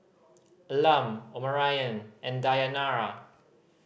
Elam Omarion and Dayanara